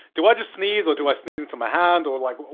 do i just sneeze? or do i sneeze into my hand? or like,